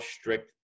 strict